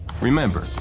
Remember